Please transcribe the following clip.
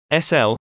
SL